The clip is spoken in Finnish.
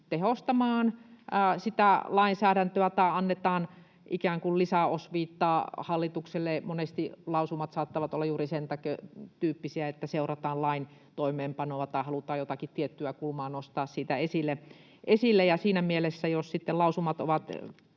tehostamaan sitä lainsäädäntöä tai annetaan ikään kuin lisäosviittaa hallitukselle. Monesti lausumat saattavat olla juuri sen tyyppisiä, että seurataan lain toimeenpanoa tai halutaan jotakin tiettyä kulmaa nostaa siitä esille. Jos sitten lausumat ovat